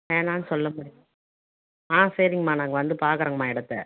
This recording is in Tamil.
வேணாம்னு சொல்ல முடியல ஆ சரிங்கம்மா நாங்கள் வந்து பார்க்குறேங்கம்மா இடத்த